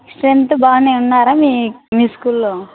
strength బాగానే ఉన్నారా మీ మీ స్కూల్లో